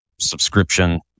Subscription